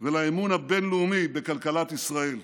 ולאמון הבין-לאומי בכלכלת ישראל.